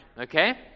Okay